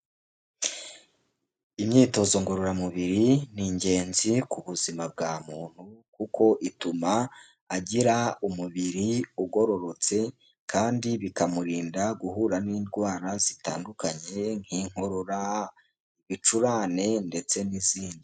Imyitozo ngororamubiri ni ingenzi ku buzima bwa muntu kuko ituma agira umubiri ugororotse kandi bikamurinda guhura n'indwara zitandukanye nk'inkorora, ibicurane ndetse n'izindi.